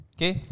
Okay